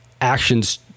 actions